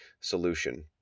solution